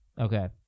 Okay